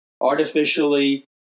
artificially